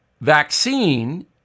vaccine